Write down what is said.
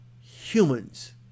humans